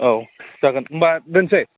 औ जागोन होमबा दोनसै